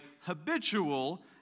habitual